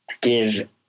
give